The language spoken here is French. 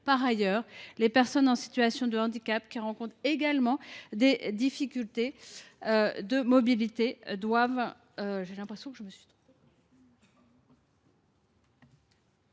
Par ailleurs, les personnes en situation de handicap rencontrent également des difficultés de mobilité.